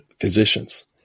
physicians